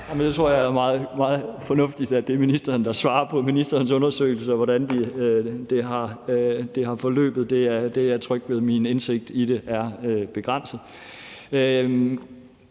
Jeg tror, det er meget fornuftigt, at det er ministeren, der svarer på spørgsmålet om ministerens undersøgelse, og hvordan det er forløbet. Det er jeg tryg ved, da min indsigt i det er begrænset.